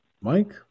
Mike